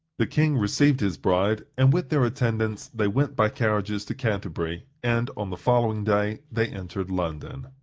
the king received his bride, and with their attendants they went by carriages to canterbury, and, on the following day they entered london.